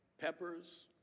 peppers